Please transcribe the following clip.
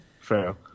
Fair